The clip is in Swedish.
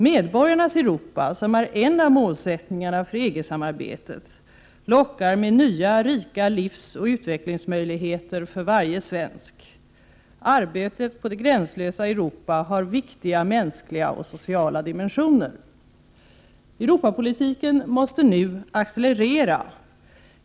Medborgarnas Europa, som är en av målsättningarna för EG-samarbetet, lockar med nya, rika livsoch utvecklingsmöjligheter för varje svensk. Arbetet på det gränslösa Europa har viktiga mänskliga och sociala dimensioner. Europapolitiken måste nu accelerera.